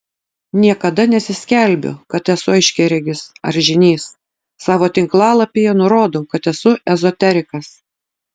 niekada nesiskelbiu kad esu aiškiaregis ar žynys savo tinklalapyje nurodau kad esu ezoterikas